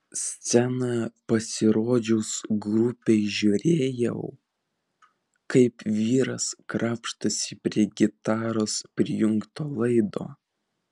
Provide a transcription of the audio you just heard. scenoje pasirodžius grupei žiūrėjau kaip vyras krapštosi prie gitaros prijungto laido